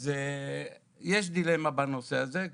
אז יש דילמה בנושא הזה,